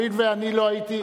הואיל ואני לא הייתי,